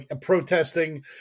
protesting